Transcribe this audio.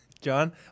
John